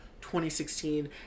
2016